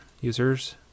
users